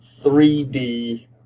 3D